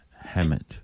Hammett